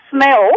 smell